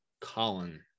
Colin